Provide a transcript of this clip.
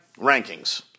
rankings